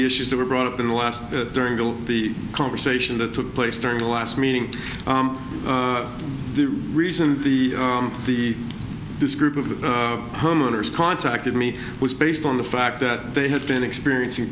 the issues that were brought up in the last during the conversation that took place during the last meeting the reason the the this group of the homeowners contacted me was based on the fact that they had been experiencing